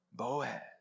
Boaz